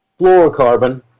fluorocarbon